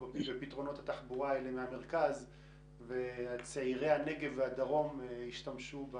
בפתרונות התחבורה האלה מהמרכז וצעירי הנגב והדרום ישתמשו ב